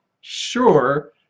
sure